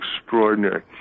extraordinary